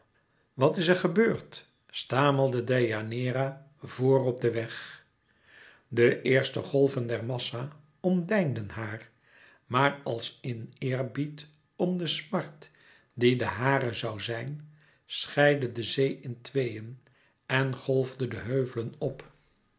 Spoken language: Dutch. wat is gebeurd stamelde deianeira voor op den weg de eerste golven der massa omdeinden haar maar als in eerbied om de smart die de hare zoû zijn scheidde de zee in tweeën en golfde de heuvelen op